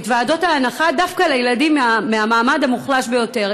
את ועדות ההנחה דווקא לילדים מהמעמד המוחלש ביותר,